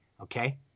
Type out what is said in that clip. okay